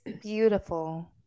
beautiful